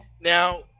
Now